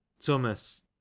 Thomas